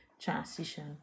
transition